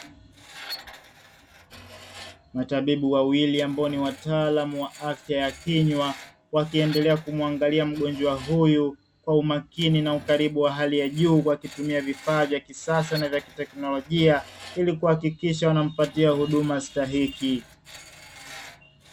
Matabibu wawili ambao ni wataalamu wa afya ya kinywa wakiendelea kumwagilia mgonjwa huyu kwa umakini na ukaribu wa hali ya juu, huku wakitumia vifaa vya kisasa na vya kiteknolojia, ili kuhakikisha wanampatia huduma stahiki.